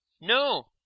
No